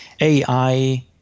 AI